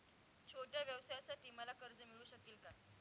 छोट्या व्यवसायासाठी मला कर्ज मिळू शकेल का?